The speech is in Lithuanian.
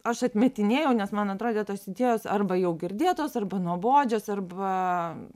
aš atmetinėjau nes man atrodė tos idėjos arba jau girdėtos arba nuobodžios arba